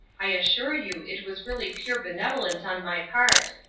i assure you it was really pure benevolence on my part.